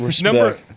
Number